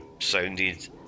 sounded